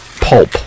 pulp